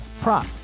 prop